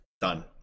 done